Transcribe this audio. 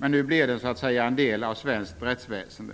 Nu blir det en del av svenskt rättsväsende.